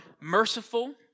merciful